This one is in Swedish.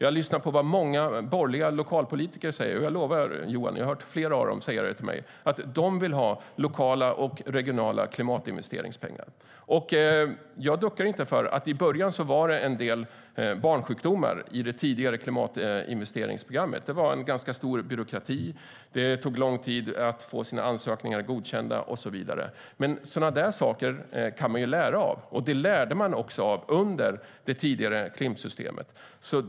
Jag lyssnar på vad många borgerliga lokalpolitiker säger, och jag lovar dig, Johan, jag har hört flera av dem säga att de vill ha lokala och regionala klimatinvesteringspengar. Jag duckar inte för att det var en del barnsjukdomar i det tidigare klimatinvesteringsprogrammet. Det var stor byråkrati, det tog lång tid att få sina ansökningar godkända och så vidare. Sådana där saker kan man lära av, och det gjorde man också under det tidigare Klimpsystemet.